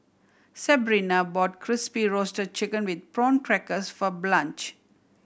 Sebrina brought Crispy Roasted Chicken with Prawn Crackers for Blanch